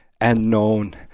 unknown